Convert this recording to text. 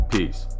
Peace